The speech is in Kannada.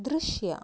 ದೃಶ್ಯ